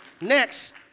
next